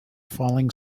falling